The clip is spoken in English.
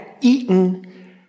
eaten